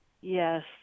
Yes